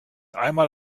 einmal